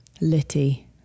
Litty